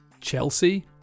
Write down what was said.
Chelsea